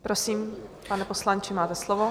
Prosím, pane poslanče, máte slovo.